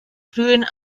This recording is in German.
frühen